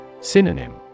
Synonym